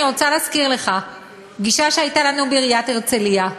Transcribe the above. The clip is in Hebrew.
אני רוצה להזכיר לך פגישה שהייתה לנו בעיריית הרצליה,